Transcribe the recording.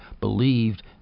believed